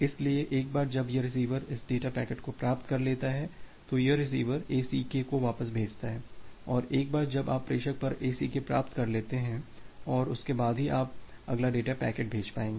इसलिए एक बार जब यह रिसीवर इस डेटा पैकेट को प्राप्त कर लेता है तो यह रिसीवर ACK को वापस भेज देता है और एक बार जब आप प्रेषक पर ACK प्राप्त कर लेते हैं और उसके बाद ही आप अगला डेटा पैकेट भेज पाएंगे